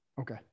Okay